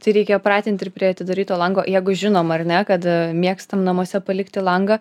tai reikia pratinti prie atidaryto lango jeigu žinom ar ne kad mėgstame namuose palikti langą